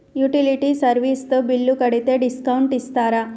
Utility service తో bill కడితే discount ఇస్తరా?